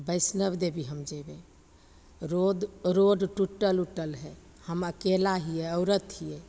वैश्नव देवी हम जएबै रोद रोड टुटल उटल हइ हम अकेला हिए औरत हिए